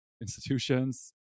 institutions